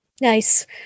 Nice